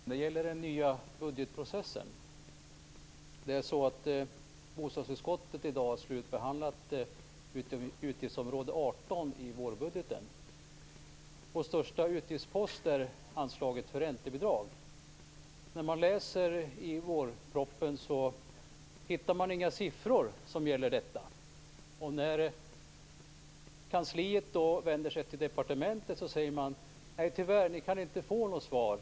Fru talman! Jag har en fråga till statsministern, och den gäller den nya budgetprocessen. Bostadsutskottet har i dag slutbehandlat utgiftsområde 18 i vårbudgeten. Den största utgiftsposten är anslaget för räntebidrag. Men när man läser i vårpropositionen hittar man inga siffror som gäller detta, och när man på kansliet då vänder sig till departementet får man svaret: Nej, tyvärr, ni kan inte få något svar.